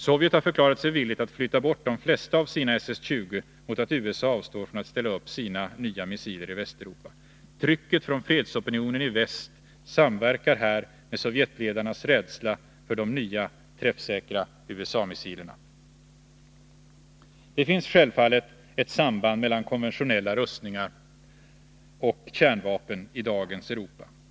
Sovjet har förklarat sig villigt att flytta bort de flesta av sina SS 20-robotar mot att USA avstår från att ställa upp sina nya missiler i Västeuropa. Trycket från fredsopinionen i väst samverkar här med sovjetledarnas rädsla för de nya träffsäkra USA-missilerna. Det finns självfallet ett samband mellan konventionella rustningar och kärnvapeni dagens Europa.